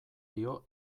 dio